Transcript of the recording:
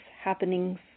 happenings